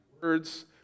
words